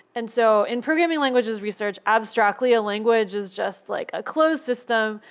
and so in programming languages research, abstractly, a language is just like a close system.